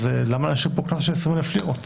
למה להשאיר פה קנס של 20 אלף לירות?